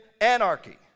anarchy